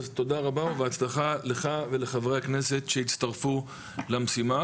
אז תודה רבה ובהצלחה לך ולחברי הכנסת שהצטרפו למשימה,